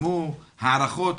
הערכות?